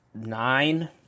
nine